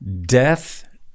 Death